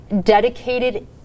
dedicated